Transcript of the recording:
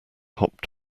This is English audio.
hopped